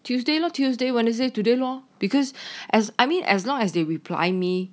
tuesday lor or tuesday wednesday today lor because as I mean as long as they reply me